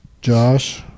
Josh